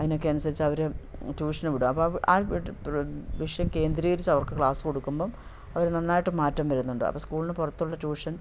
അയിനൊക്കെ അനുസരിച്ചവർ ട്യൂഷന് വിടും വിഷയം കേന്ദ്രീകരിച്ചു അവർക്ക് ക്ലാസ് കൊടുക്കുമ്പം അവർ നന്നായിട്ട് മാറ്റം വരുന്നുണ്ട് അപ്പം സ്കൂളിന് പുറത്തുള്ള ട്യൂഷൻ